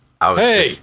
Hey